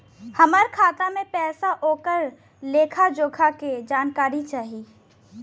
हमार खाता में पैसा ओकर लेखा जोखा के जानकारी चाही?